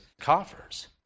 coffers